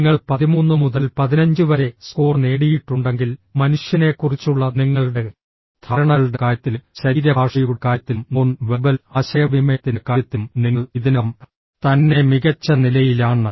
നിങ്ങൾ 13 മുതൽ 15 വരെ സ്കോർ നേടിയിട്ടുണ്ടെങ്കിൽ മനുഷ്യനെക്കുറിച്ചുള്ള നിങ്ങളുടെ ധാരണകളുടെ കാര്യത്തിലും ശരീരഭാഷയുടെ കാര്യത്തിലും നോൺ വെർബൽ ആശയവിനിമയത്തിന്റെ കാര്യത്തിലും നിങ്ങൾ ഇതിനകം തന്നെ മികച്ച നിലയിലാണ്